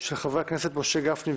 התש"ף-2020,